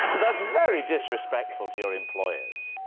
that's very disrespectful to your employers.